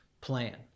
plan